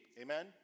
amen